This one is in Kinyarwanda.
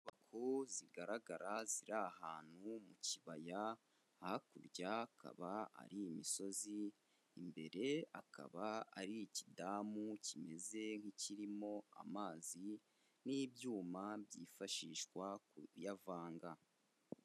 Inyubako zigaragara ziri ahantu mu kibaya hakurya akaba ari imisozi, imbere akaba ari ikidamu kimeze nk'ikirimo amazi n'ibyuma byifashishwa kuyavanga.